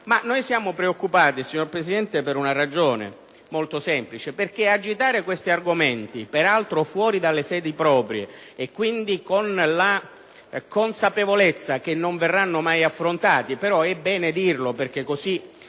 Ma noi siamo preoccupati, signor Presidente, per una ragione molto semplice: agitare questi argomenti, peraltro fuori dalle sedi proprie (quindi con la consapevolezza che non verranno mai affrontati, ma è bene dirlo perché si